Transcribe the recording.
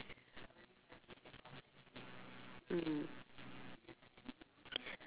mm